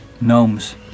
gnomes